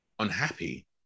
unhappy